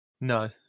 No